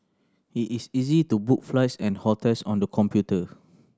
it is easy to book flights and hotels on the computer